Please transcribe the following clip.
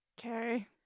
Okay